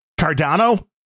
Cardano